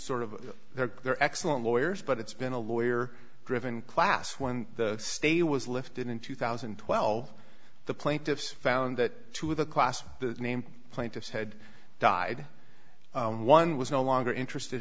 sort of their get their excellent lawyers but it's been a lawyer driven class when the state was lifted in two thousand and twelve the plaintiffs found that two of the class name plaintiffs had died and one was no longer interested